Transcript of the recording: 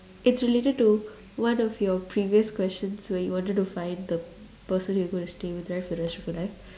it's related to one of your previous questions where you wanted to find the person you gonna to stay with right for the rest of your life